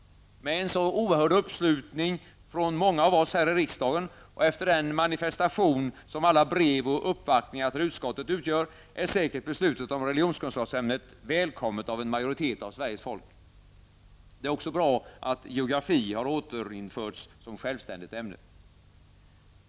Med en sådan oerhörd uppslutning från många av oss här i riksdagen, och efter den manifestation som alla brev och uppvaktningar till utskottet utgör, är säkert beslutet om religionskunskapsämnet välkommet av en majoritet av Sveriges folk. Det är också bra att geografi har återinförts som självständigt ämne.